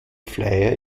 flyer